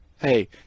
Hey